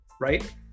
Right